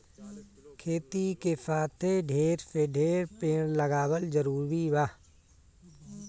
खेती के साथे ढेर से ढेर पेड़ लगावल जरूरी बा